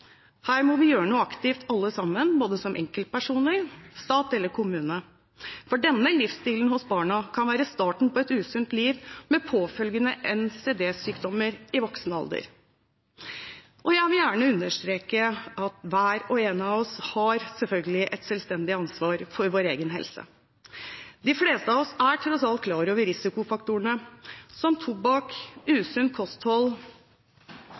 Her må vi gjøre noe aktivt alle sammen, både som enkeltpersoner, stat eller kommune, for denne livsstilen hos barna kan være starten på et usunt liv med påfølgende NCD-sykdommer i voksen alder. Jeg vil gjerne understreke at hver og en av oss selvfølgelig har et selvstendig ansvar for vår egen helse. De fleste av oss er tross alt klar over risikofaktorene – som tobakk, usunt kosthold,